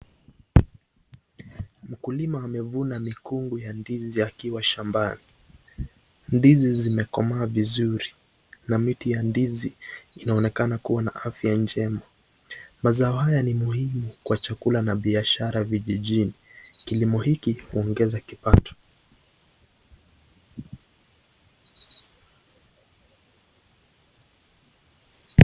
Mkulima amevuna mikungu ya ndizi akiwa shambani. Ndizi zimekomaa vizuri na miti ya ndizi inaonekana kuwa na afya njema. Mazao haya ni muhimu kwa chakula na biashara vijijini. Kilimo hiki huongeza kipato.